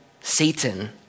Satan